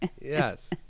Yes